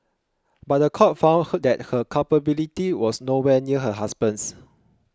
but the court found that her culpability was nowhere near her husband's